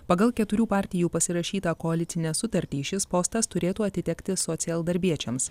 pagal keturių partijų pasirašytą koalicinę sutartį šis postas turėtų atitekti socialdarbiečiams